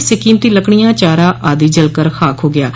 इससे कीमती लकड़ियां चारा आदि जलकर खाक हो गया है